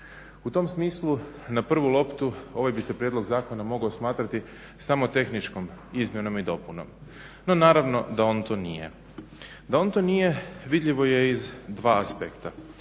U tom smislu na prvu loptu ovaj bi se prijedlog zakona mogao smatrati samo tehničkom izmjenom i dopunom, no naravno da on to nije. Da on to nije vidljivo je iz dva aspekta.